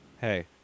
Hey